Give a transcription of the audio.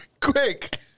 quick